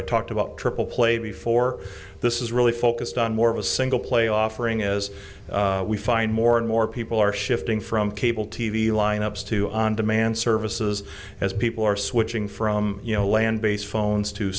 i talked about triple play before this is really focused on more of a single play offering as we find more and more people are shifting from cable t v lineups to on demand services as people are switching from you know land based phones to